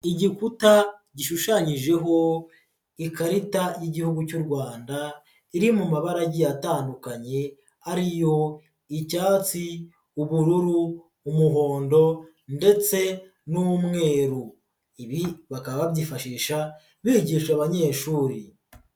Igikuta gishushanyijeho Ikarita y'Igihugu cy'u Rwanda iri mu mabara agiye atandukanye ari yo icyatsi, ubururu, umuhondo ndetse n'umweru, ibi bakaba babyifashisha bigisha abanyeshuri.